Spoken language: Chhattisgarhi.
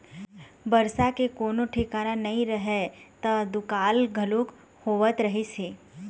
बरसा के कोनो ठिकाना नइ रहय त दुकाल घलोक होवत रहिस हे